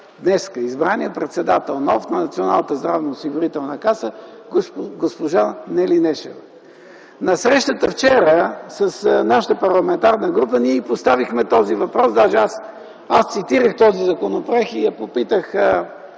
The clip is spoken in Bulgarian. току-що избрания нов председател на Националната здравноосигурителна каса госпожа Нели Нешева. На срещата вчера с нашата парламентарна група ние й поставихме този въпрос. Даже аз цитирах този законопроект и я попитах: